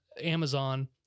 Amazon